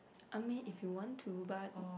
I mean if you want to but